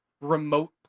remote